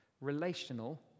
Relational